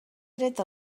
dret